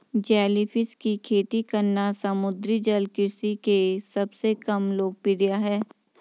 jellyfish की खेती करना समुद्री जल कृषि के सबसे कम लोकप्रिय है